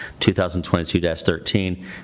2022-13